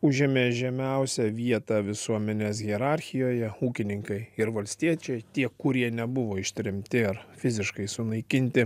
užėmė žemiausią vietą visuomenės hierarchijoje ūkininkai ir valstiečiai tie kurie nebuvo ištremti ar fiziškai sunaikinti